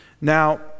Now